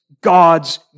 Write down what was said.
God's